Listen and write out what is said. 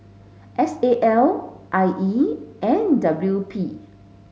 S A L I E and W P